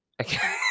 Okay